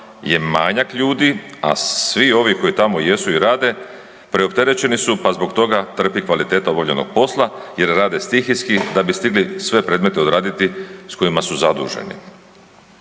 je manjak ljudi, a svi ovi koji tamo jesu i rade preopterećeni su, pa zbog toga trpi kvaliteta obavljenog posla jer rade stihijski da bi stigli sve predmete odraditi s kojima su zaduženi.